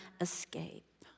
escape